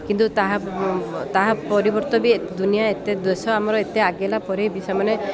କିନ୍ତୁ ତାହା ତାହା ପରିବର୍ତ୍ତେ ବି ଦୁନିଆ ଏତେ ଦେଶ ଆମର ଏତେ ଆଗେଇଲା ପରେ ବି ସେମାନେ